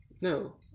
No